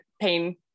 pain